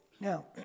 Now